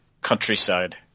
countryside